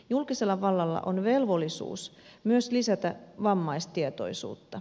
julkisella vallalla on velvollisuus myös lisätä vammaistietoisuutta